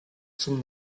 zum